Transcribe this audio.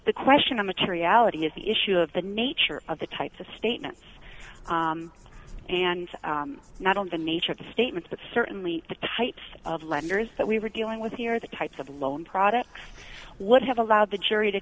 the question of materiality is the issue of the nature of the types of statements and not on the nature of the statements but certainly the types of lenders that we were dealing with here are the types of loan products what have allowed the jury to